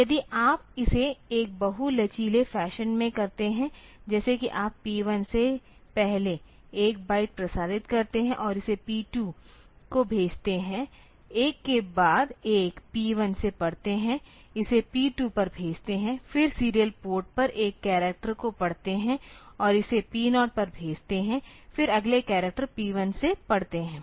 तो यदि आप इसे एक बहु लचीले फैशन में करते हैं जैसे की आप P1 से पहले 1 बाइट प्रसारित करते हैं और इसे P2 को भेजते हैं एक के बाद एक P1 से पढ़ते हैं इसे P 2 पर भेजते हैं फिर सीरियल पोर्ट पर एक कैरेक्टर को पढ़ते हैं और इसे P0 पर भेजते हैं फिर अगले कैरेक्टर P1से पढ़ते हैं